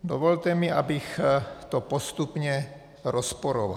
Dovolte mi, abych to postupně rozporoval.